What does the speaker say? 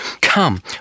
Come